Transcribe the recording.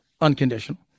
unconditional